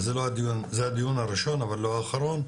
וזה הדיון הראשון אבל לא האחרון,